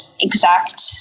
exact